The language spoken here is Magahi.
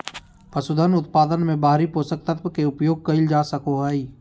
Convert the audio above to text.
पसूधन उत्पादन मे बाहरी पोषक तत्व के उपयोग कइल जा सको हइ